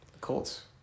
Colts